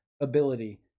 ability